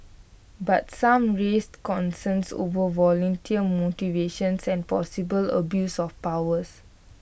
but some raised concerns over volunteer motivations and possible abuse of powers